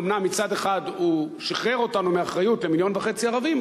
אומנם מצד אחד הוא שחרר אותנו מאחריות למיליון וחצי ערבים,